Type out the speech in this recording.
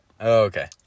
Okay